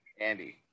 Andy